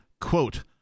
quote